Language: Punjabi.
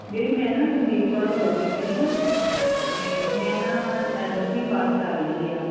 ਦੀਦੀ ਮੈਂ ਨਾ ਸੰਦੀਪ ਕੌਰ ਬੋਲਦੀ ਪਈ ਹਾਂ ਅਤੇ ਮੈਂ ਨਾ ਦਸਵੀਂ ਪਾਸ ਕਰ ਲਈ ਆ